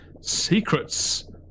secrets